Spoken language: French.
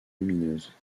lumineuse